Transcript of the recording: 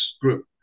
Group